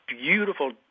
beautiful